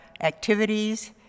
activities